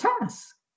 task